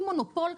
כי מונופול,